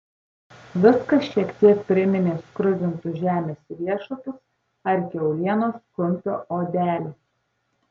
viskas šiek tiek priminė skrudintus žemės riešutus ar kiaulienos kumpio odelę